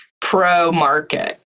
pro-market